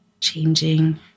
changing